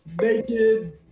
naked